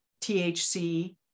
THC